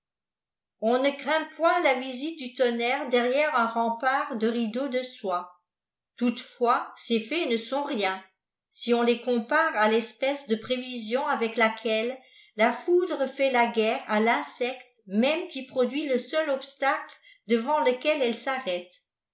ou ne craint poif t la visite du totinerpe derrière un répspart de rideaux de soici toqt fois fies laits ne sont rient sin les compare à l'espèce de prévmon àveelaqpieue la foudre fait la guerre à tûçiscte mèmi qui nrdduit le seul phstade devant lecluel elle s